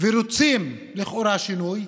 ורוצים לכאורה שינוי,